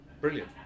Brilliant